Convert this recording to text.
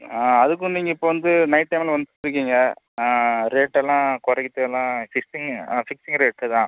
ஆ அதுக்கும் நீங்கள் இப்போ வந்து நைட் டைமில் வந்திருக்கீங்க ஆ ரேட்டெல்லாம் குறைக்க சொன்னால் பிக்ஸிங்கு பிக்ஸிங் ரேட்டு தான்